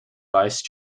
vice